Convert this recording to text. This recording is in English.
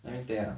let me think ah